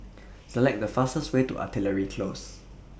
Select The fastest Way to Artillery Close